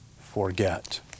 forget